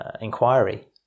inquiry